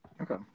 Okay